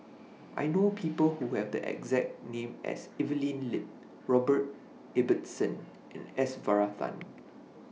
I know People Who Have The exact name as Evelyn Lip Robert Ibbetson and S Varathan